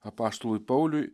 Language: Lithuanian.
apaštalui pauliui